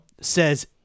says